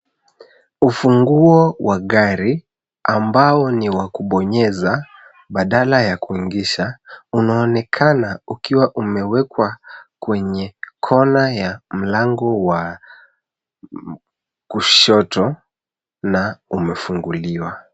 Ufunguo wa gari, ambao ni wa kubonyeza, badala ya kuingisha, unaonekana ukiwa umewekwa kwenye kona ya mlango wa kushoto, na umefunguliwa.